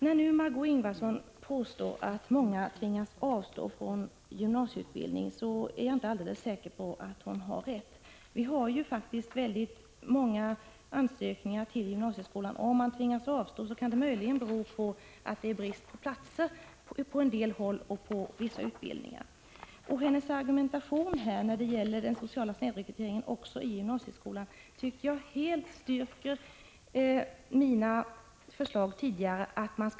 När Margö Ingvardsson påstår att många tvingas avstå från gymnasieutbildning, är jag inte alldeles säker på att hon har rätt. Vi har faktiskt många ansökningar till gymnasieskolan, och om man tvingas avstå kan det möjligen bero på att det är brist på platser på en del håll och inom vissa utbildningar.